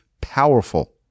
powerful